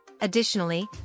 Additionally